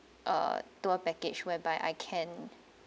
ah tour package whereby I can